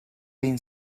been